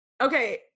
okay